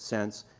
sense.